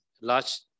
large